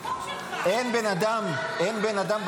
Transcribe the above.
--- החוק שלך --- אין בן אדם בכנסת,